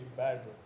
bad